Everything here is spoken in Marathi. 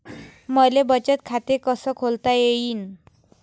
मले बचत खाते कसं खोलता येईन?